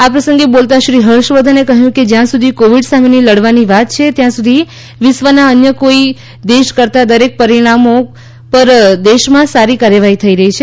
આ પ્રસંગે બોલતા શ્રી હર્ષવર્ધને કહ્યું કે જ્યાં સુધી કોવિડ સામેની લડવાની વાત છે ત્યાં સુધી વિશ્વના અન્ય કોઈ દેશ કરતાં દરેક પરિમાણો પર દેશમાં સારી કાર્યવાહી થઈ રહી છે